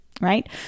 right